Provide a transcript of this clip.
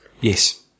yes